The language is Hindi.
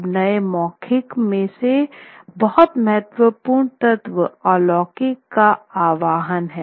अब नए मौखिक रूप में से बहुत महत्वपूर्ण तत्व अलौकिक का आह्वान है